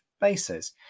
bases